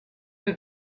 who